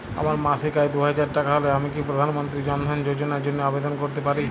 আমার মাসিক আয় দুহাজার টাকা হলে আমি কি প্রধান মন্ত্রী জন ধন যোজনার জন্য আবেদন করতে পারি?